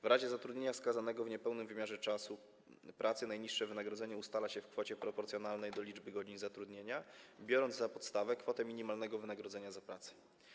W razie zatrudnienia skazanego w niepełnym wymiarze czasu pracy najniższe wynagrodzenie ustala się w kwocie proporcjonalnej do liczby godzin zatrudnienia, biorąc za podstawę kwotę minimalnego wynagrodzenia za pracę.